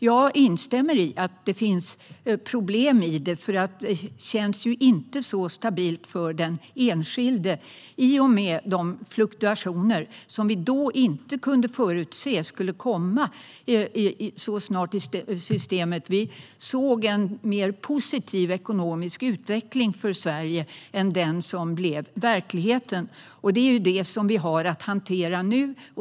Jag instämmer i att det finns problem i det, för det känns ju inte så stabilt för den enskilde, i och med de fluktuationer som vi då inte kunde förutse skulle komma så snart i systemet. Vi förutsåg en mer positiv ekonomisk utveckling för Sverige än den som blev verkligheten. Det är det som vi har att hantera nu.